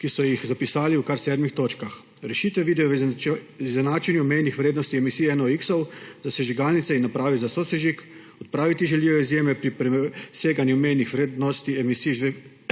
ki so jih zapisali v kar sedmih točkah. Rešitve vidijo v izenačenju mejnih vrednosti emisij NOX za sežigalnice in naprave za sosežig, odpraviti želijo izjeme pri preseganju mejnih vrednosti emisije